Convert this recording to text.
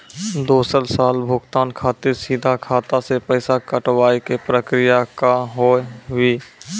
दोसर साल भुगतान खातिर सीधा खाता से पैसा कटवाए के प्रक्रिया का हाव हई?